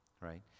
Right